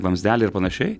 vamzdeliai ir panašiai